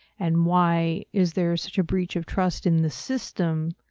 and why is there such a breach of trust in the system,